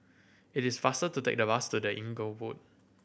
it is faster to take the bus to The Inglewood